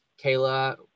Kayla